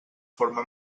forma